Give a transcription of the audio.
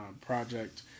project